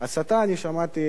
אני שמעתי ממנו,